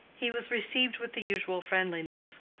he was received with the usual friendliness,